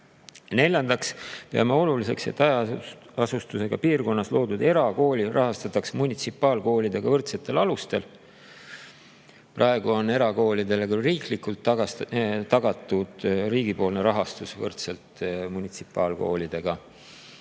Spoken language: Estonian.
Neljandaks peame me oluliseks, et hajaasustusega piirkonnas loodud erakooli rahastataks munitsipaalkoolidega võrdsetel alustel. Praegu on erakoolidele riiklikult rahastus tagatud küll võrdselt munitsipaalkoolidega,